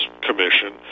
Commission